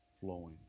flowing